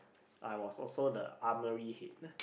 I was also the armoury head